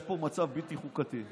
יש פה מצב בלתי חוקתי.